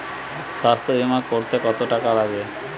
স্বাস্থ্যবীমা করতে কত টাকা লাগে?